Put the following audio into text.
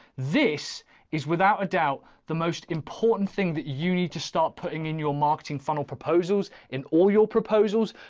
this is without a doubt, the most important thing that you need to start putting in your marketing funnel proposals in all your proposals.